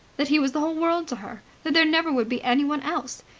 that he was the whole world to her, that there never would be anyone else.